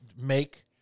make